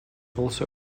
also